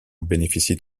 bénéficient